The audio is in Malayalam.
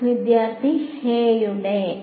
വിദ്യാർത്ഥി a യുടെ as